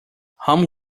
home